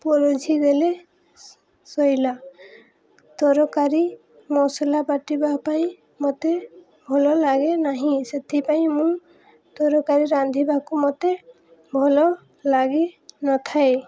ପରଷି ଦେଲେ ସଇଲା ତରକାରୀ ମସଲା ବାଟିବା ପାଇଁ ମୋତେ ଭଲ ଲାଗେ ନାହିଁ ସେଥିପାଇଁ ମୁଁ ତରକାରୀ ରାନ୍ଧିବାକୁ ମୋତେ ଭଲ ଲାଗିନଥାଏ